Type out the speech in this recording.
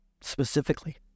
specifically